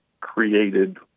created